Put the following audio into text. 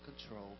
control